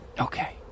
Okay